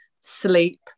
sleep